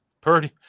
Purdy